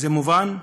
וזה מובן,